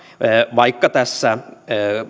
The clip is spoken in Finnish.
vaikka tässä